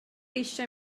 eisiau